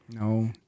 No